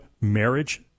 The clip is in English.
marriage